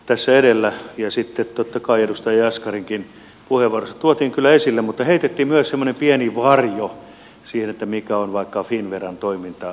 tässä edellä ja sitten totta kai edustaja jaskarinkin puheenvuorossa tuotiin kyllä esille mutta heitettiin myös semmoinen pieni varjo siihen mikä on vaikka finnveran toimintamalli